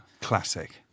Classic